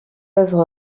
œuvre